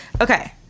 Okay